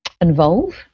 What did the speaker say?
involve